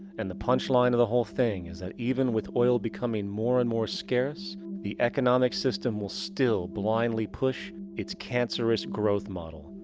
and the punchline of the whole thing is that even with oil becoming more and more scarce the economic system will still blindly push its cancerous growth model,